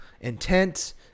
intent